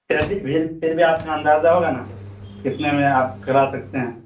پھر بھی پھر بھی آپ کا اندازہ ہوگا نا کتنے میں آپ کرا سکتے ہیں